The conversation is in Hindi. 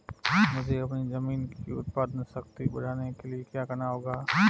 मुझे अपनी ज़मीन की उत्पादन शक्ति बढ़ाने के लिए क्या करना होगा?